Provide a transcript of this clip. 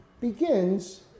begins